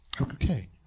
okay